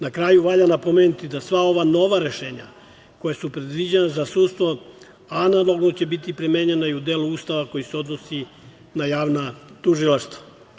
Na kraju, valja napomenuti da sva ova nova rešenja koja su predviđena za sudstvo analogno će biti primenjena i u delu Ustava koji se odnosi na javna tužilaštva.